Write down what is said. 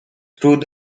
through